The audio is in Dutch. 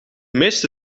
meeste